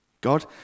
God